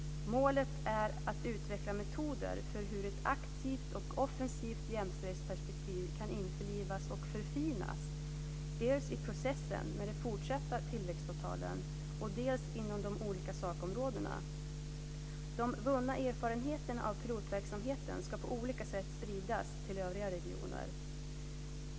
Målet är att utveckla metoder för hur ett aktivt och offensivt jämställdhetsperspektiv kan införlivas och förfinas, dels i processen med de fortsatta tillväxtavtalen, dels inom de olika sakområdena. De vunna erfarenheterna av pilotverksamheten ska på olika sätt spridas till övriga regioner.